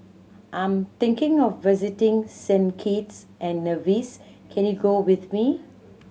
I'm thinking of visiting Saint Kitts and Nevis can you go with me